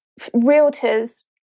realtors